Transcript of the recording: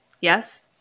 Yes